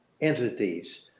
entities